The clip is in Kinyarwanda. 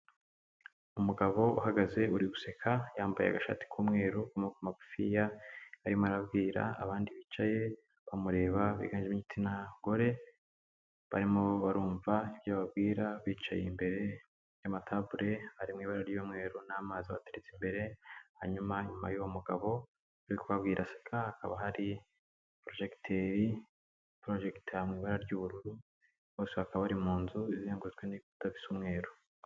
Umugabo uhagaze uri guseka, yambaye agashati k'umweru k'amaboko magufiya, arimo arabwira abandi bicaye bamureba biganjemo igitsina gore, barimo barumva ibyo ababwira bicaye imbere y'amatabure ari mu ibara ry'umweru n'amazi abateretse imbere, hanyuma inyuma y'uwo mugabo uri kubabwira aseka hakaba hari purojegiteri iporojegita mu ibara ry'ubururu, bose bakaba bari mu nzu izengurutswe n'ibikuta bisa umweru.